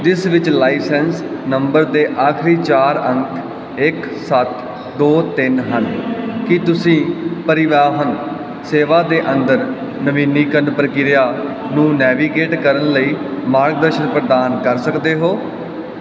ਜਿਸ ਵਿੱਚ licence number ਦੇ ਆਖਰੀ ਚਾਰ ਅੰਕ ਇੱਕ ਸੱਤ ਦੋ ਤਿੰਨ ਹਨ ਕੀ ਤੁਸੀਂ ਪਰਿਵਾਹਨ ਸੇਵਾ ਦੇ ਅੰਦਰ ਨਵੀਨੀਕਰਨ ਪ੍ਰਕਿਰਿਆ ਨੂੰ ਨੈਵੀਗੇਟ ਕਰਨ ਲਈ ਮਾਰਗਦਰਸ਼ਨ ਪ੍ਰਦਾਨ ਕਰ ਸਕਦੇ ਹੋ